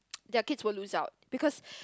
their kids will lose out because